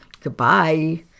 Goodbye